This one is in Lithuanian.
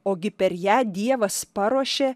ogi per ją dievas paruošė